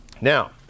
Now